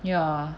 ya